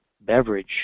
beverage